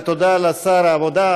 ותודה לשר העבודה,